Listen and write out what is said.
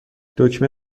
دکمه